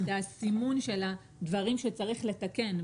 את הסימון של הדברים שצריך לתקן,